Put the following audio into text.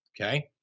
Okay